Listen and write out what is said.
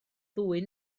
ddwy